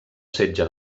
setge